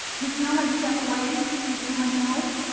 miss snell had to step away, she was feeling ill.